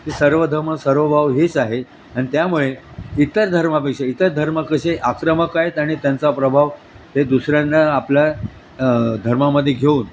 ती सर्वधर्म सर्वभाव हीच आहे आणि त्यामुळे इतर धर्मापेक्षा इतर धर्म कसे आक्रमक आहेत आणि त्यांचा प्रभाव हे दुसऱ्यांना आपल्या धर्मामध्ये घेऊन